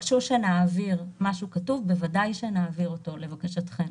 אם תבקשו שנעביר משהו כתוב אנחנו בוודאי נעביר אותו לבקשתכם.